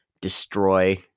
destroy